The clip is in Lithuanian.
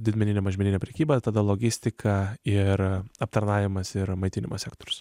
didmeninė mažmeninė prekyba tada logistika ir aptarnavimas ir maitinimo sektorius